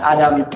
Adam